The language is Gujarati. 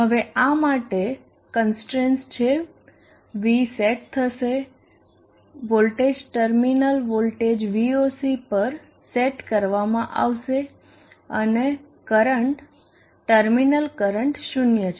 હવે આ માટે કન્સ્ટ્રેન્ટસ છે V સેટ થશે voltage terminal voltage V oc પર સેટ કરવામાં આવશે અને કરંટ ટર્મિનલ કરંટ 0 છે